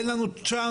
אין לנו צ'אנס.